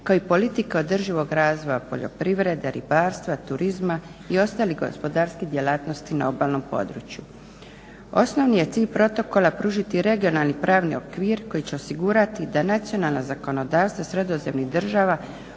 kao i politika održivog razvoja poljoprivrede, ribarstva, turizma i ostalih gospodarskih djelatnosti na obalnom području. Osnovni je cilj protokola pružiti regionalni pravni okvir koji će osigurati da nacionalna zakonodavstva sredozemnih država